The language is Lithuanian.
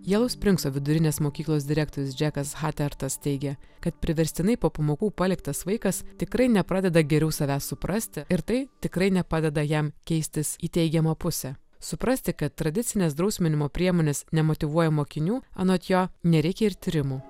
jelow springso vidurinės mokyklos direktorius džekas chatertas teigia kad priverstinai po pamokų paliktas vaikas tikrai nepradeda geriau save suprasti ir tai tikrai nepadeda jam keistis į teigiamą pusę suprasti kad tradicinės drausminimo priemonės nemotyvuoja mokinių anot jo nereikia ir tyrimų